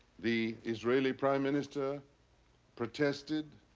the israeli prime minister protested.